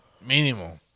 Mínimo